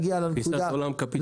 במכונית.